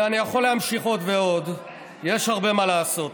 ואני יכול להמשיך עוד ועוד, יש הרבה מה לעשות.